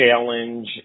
challenge